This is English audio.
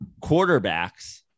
quarterbacks